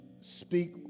speak